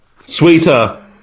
sweeter